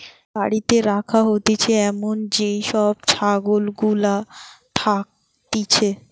বাড়িতে রাখা হতিছে এমন যেই সব ছাগল গুলা থাকতিছে